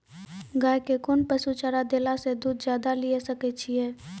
गाय के कोंन पसुचारा देला से दूध ज्यादा लिये सकय छियै?